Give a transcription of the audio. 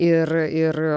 ir ir